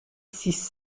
six